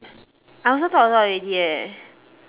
I also talk a lot already eh